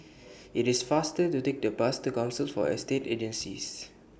IT IS faster to Take The Bus to Council For Estate Agencies